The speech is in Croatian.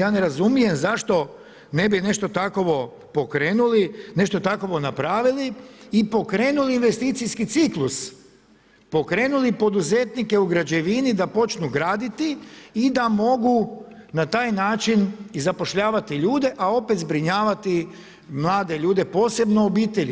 ja ne razumijem zašto ne bi nešto takvo pokrenuli, nešto tako napravili i pokrenuli investicijski ciklus, pokrenuli poduzetnike u građevini da počnu graditi i da mogu na taj način i zapošljavati ljude, a opet zbrinjavati mlade ljude posebno obitelji.